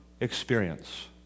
experience